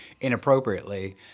inappropriately